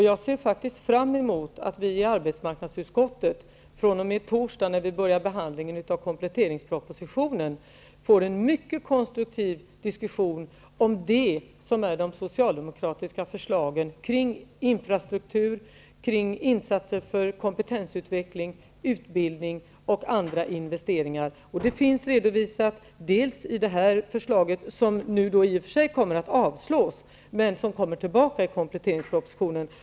Jag ser faktiskt fram emot att det i arbetsmarknandsutskottet fr.o.m. torsdag, då vi börjar behandlingen av kompletteringspropositionen, blir en mycket konstruktiv diskussion om de socialdemokratiska förslagen kring infrastruktur och kring insatser för kompetensutveckling, utbildning och andra investeringar. Detta finns redovisat i det här förslaget som nu i och för sig kommer att avslås, men som kommer tillbaka i kompletteringspropositionen.